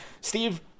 Steve